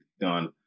done